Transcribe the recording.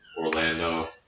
Orlando